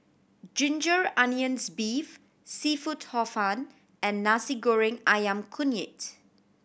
ginger onions beef seafood Hor Fun and Nasi Goreng Ayam Kunyit